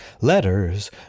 Letters